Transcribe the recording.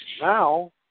now